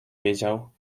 wiedział